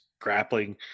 grappling